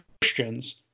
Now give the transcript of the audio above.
Christians